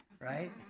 right